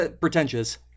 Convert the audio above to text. pretentious